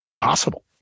possible